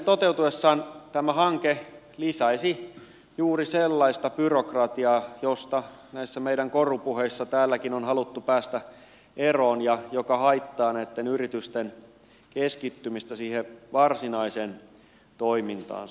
toteutuessaan tämä hanke lisäisi juuri sellaista byrokratiaa josta näissä meidän korupuheissa täälläkin on haluttu päästä eroon ja joka haittaa näitten yritysten keskittymistä siihen varsinaiseen toimintaansa